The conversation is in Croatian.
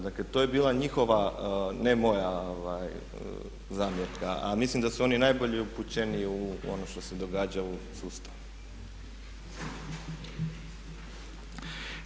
Dakle, to je bila njihova ne moja zamjerka a mislim da su oni najbolje upućeni u ono što se događa u sustavu.